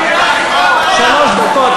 שלוש דקות.